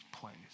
place